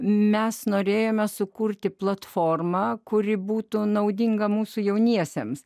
mes norėjome sukurti platformą kuri būtų naudinga mūsų jauniesiems